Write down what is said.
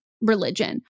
religion